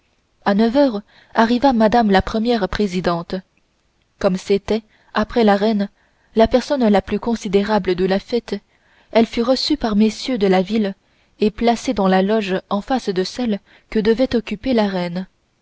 à neuf heures arriva mme la première présidente comme c'était après la reine la personne la plus considérable de la fête elle fut reçue par messieurs de la ville et placée dans la loge en face de celle que devait occuper la reine